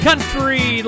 Country